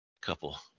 couple